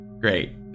great